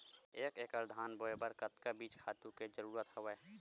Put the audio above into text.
एक एकड़ धान बोय बर कतका बीज खातु के जरूरत हवय?